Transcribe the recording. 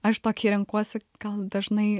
aš tokį renkuosi gal dažnai